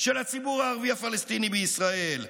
של הציבור הערבי-פלסטיני בישראל.